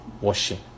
washing